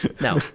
No